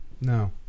No